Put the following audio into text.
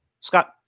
Scott